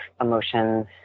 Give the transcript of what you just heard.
emotions